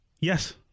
Yes